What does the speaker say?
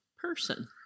person